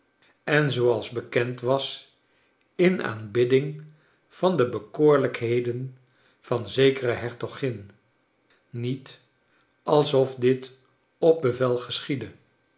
en zooals bekend was in aanbidding van de bekoorlijkheden van zekere hertogin niet alsof dit op bevel geschiedde